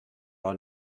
are